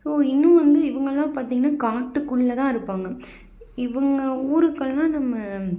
ஒ இன்னும் வந்து இவங்கெல்லாம் பார்த்தீங்கனா காட்டுக்குள்ளே தான் இருப்பாங்க இவங்க ஊருக்கெலாம் நம்ம